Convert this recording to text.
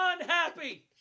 unhappy